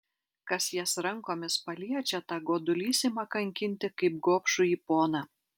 kas jas rankomis paliečia tą godulys ima kankinti kaip gobšųjį poną